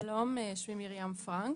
שלום, שמי מרים פראנק